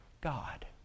God